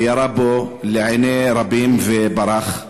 ירה בו לעיני רבים וברח.